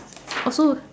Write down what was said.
also